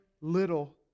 little